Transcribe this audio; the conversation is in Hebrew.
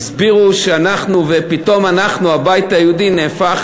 ופתאום אנחנו, הבית היהודי, נהפך